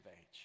age